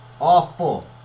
Awful